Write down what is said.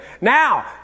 Now